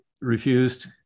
refused